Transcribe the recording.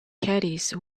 caddies